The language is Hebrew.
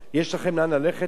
יש לכם לאן ללכת?